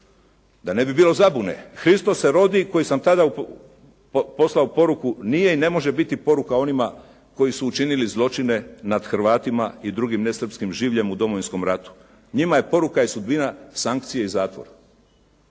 Da ne bi bilo zabune «Hristos se rodi» koji sam tada poslao poruku nije i ne može biti poruka onima koji su učinili zločine nad Hrvatima i drugim nesrpskim življem u Domovinskom ratu. Njima je poruka je sudbina sankcije i zatvor.